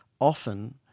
often